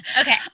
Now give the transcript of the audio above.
Okay